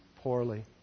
poorly